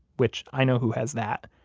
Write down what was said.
which, i know who has that.